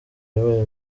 yabaye